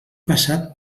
passat